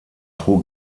pro